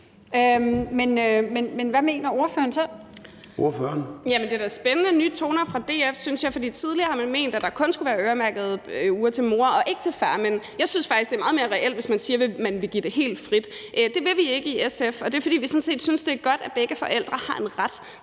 Astrid Carøe (SF): Det er da spændende nye toner fra DF, synes jeg, for tidligere har man ment, der kun skulle være øremærkede uger til mor og ikke til far. Men jeg synes faktisk, det er meget mere reelt, hvis man siger, at man vil give det helt frit. Det vil vi ikke i SF, og det er, fordi vi sådan set synes, det er godt, at begge forældre har en ret